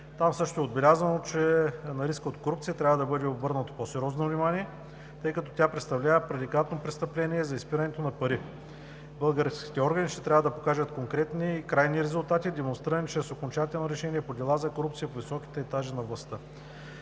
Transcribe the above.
Там също е отбелязано, че на риска от корупция трябва да бъде обърнато по-сериозно внимание, тъй като тя представлява предикатно престъпление за изпирането на пари. Българските органи ще трябва да покажат конкретни, крайни резултати, демонстрирани чрез окончателното решение по дела за корупция по високите етажи на властта.